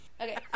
Okay